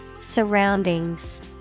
Surroundings